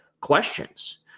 questions